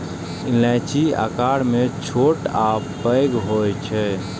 इलायची आकार मे छोट आ पैघ होइ छै